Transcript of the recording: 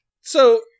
So-